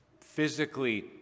physically